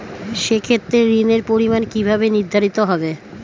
সে ক্ষেত্রে ঋণের পরিমাণ কিভাবে নির্ধারিত হবে?